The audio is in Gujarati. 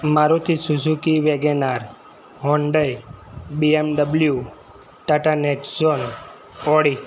Maruti Suzuki WagonR Hyundai BMW Tata Nexon Audi